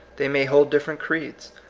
they may hold different creeds.